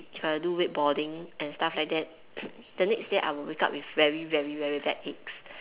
if I do wakeboarding and stuff like that the next day I will wake up with very very very bad aches